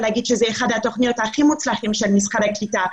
להגיד שזו אחת התוכניות הכי מוצלחות של משרד הקליטה,